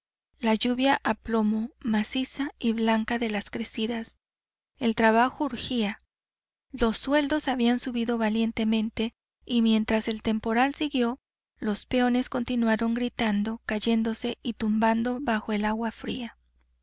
la lluvia recomenzó la lluvia a plomo maciza y blanca de las crecidas el trabajo urgía los sueldos habían subido valientemente y mientras el temporal siguió los peones continuaron gritando cayéndose y tumbando bajo el agua fría